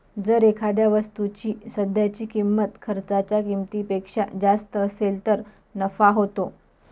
जर एखाद्या वस्तूची सध्याची किंमत खर्चाच्या किमतीपेक्षा जास्त असेल तर नफा होतो